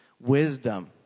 wisdom